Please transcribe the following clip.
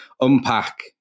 unpack